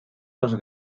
dos